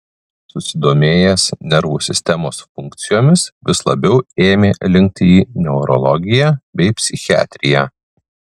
susidomėjęs nervų sistemos funkcijomis vis labiau ėmė linkti į neurologiją bei psichiatriją